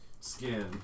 skin